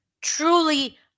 truly